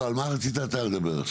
לא, על מה אתה רצית לדבר עכשיו?